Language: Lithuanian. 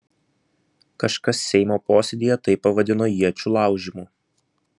kažkas seimo posėdyje tai pavadino iečių laužymu